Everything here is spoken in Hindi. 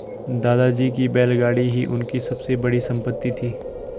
दादाजी की बैलगाड़ी ही उनकी सबसे बड़ी संपत्ति थी